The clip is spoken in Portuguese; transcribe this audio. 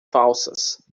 falsas